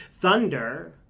Thunder